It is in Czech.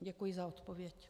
Děkuji za odpověď.